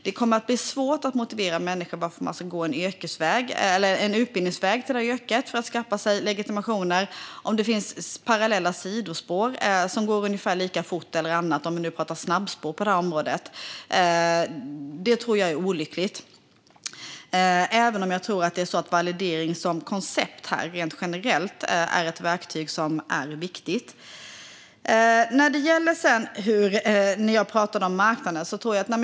Det kommer att bli svårt att motivera för människor varför de ska gå utbildningsvägen för att skaffa sig legitimation för detta yrke om det finns parallella sidospår eller annat - om vi nu talar om snabbspår på detta område - som går ungefär lika fort. Det tror jag vore olyckligt, även om jag tror att validering som koncept rent generellt är ett verktyg som är viktigt. Jag talade tidigare om marknaden.